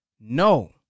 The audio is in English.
No